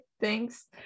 thanks